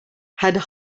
had